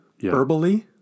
Herbally